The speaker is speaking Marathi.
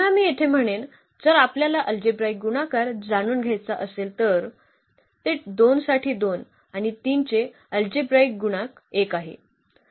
पुन्हा मी येथे म्हणेन जर आपल्याला अल्जेब्राईक गुणाकार जाणून घ्यायचा असेल तर ते 2 साठी 2 आणि 3 चे अल्जेब्राईक गुणक 1 आहे